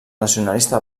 nacionalista